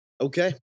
Okay